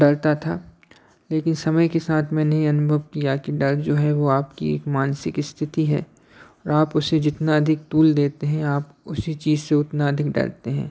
डरता था लेकिन समय के साथ मैंने यह अनुभव किया कि डर जो है वह आपकी एक मानसिक स्थिति है और आप उसे जितना अधिक तूल देते हैं आप उसी चीज़ से उतना अधिक डरते हैं